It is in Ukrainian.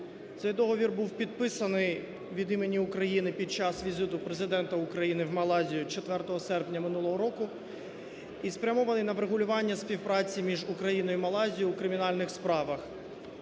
Цей договір був підписаний від імені України під час візиту Президента України в Малайзію 4 серпня минулого року і спрямований на врегулювання співпраці між Україною і Малайзією у кримінальних справах.